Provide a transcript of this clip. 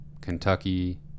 Kentucky